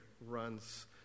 runs